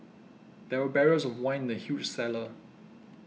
there were barrels of wine in the huge cellar